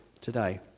today